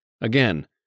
again